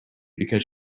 because